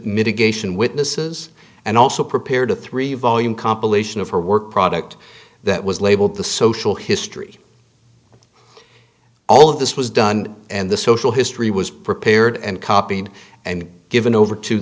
mitigation witnesses and also prepared a three volume compilation of her work product that was labeled the social history all of this was done and the social history was prepared and copied and given over to